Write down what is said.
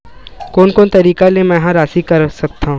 कोन कोन तरीका ले मै ह राशि कर सकथव?